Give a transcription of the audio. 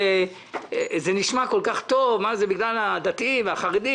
זה נשמע כל כך טוב: בגלל הדתיים והחרדים